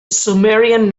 sumerian